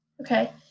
Okay